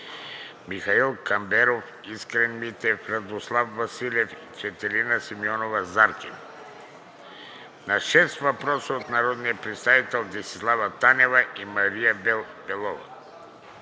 Михал Камбаров, Искрен Митев, Любослав Василев, Цветелина Симеонова-Заркин; на шест въпрос от народните представители Десислава Танева и Мария Белова;